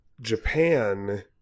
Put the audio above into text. Japan